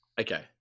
Okay